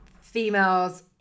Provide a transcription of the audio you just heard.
females